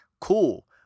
cool